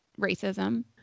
racism